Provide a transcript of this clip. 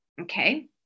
okay